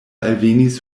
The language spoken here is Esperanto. alvenis